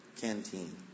Canteen